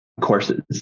courses